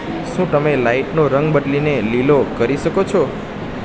શું તમે લાઇટનો રંગ બદલીને લીલો કરી શકો છો